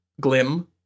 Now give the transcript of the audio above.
Glim